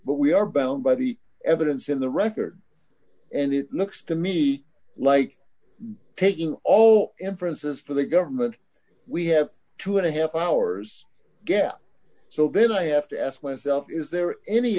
but we are bound by the evidence in the record and it looks to me like taking all inferences from the government we have two and a half hours ringback gap so then i have to ask myself is there any